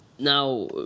Now